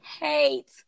hate